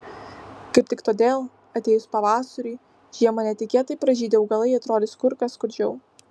kaip tik todėl atėjus pavasariui žiemą netikėtai pražydę augalai atrodys kur kas skurdžiau